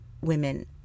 women